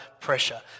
pressure